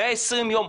120 יום,